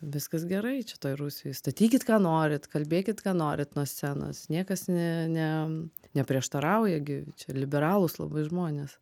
viskas gerai čia toj rusijoj statykit ką norit kalbėkit ką norit nuo scenos niekas ne ne neprieštarauja gi čia liberalūs labai žmonės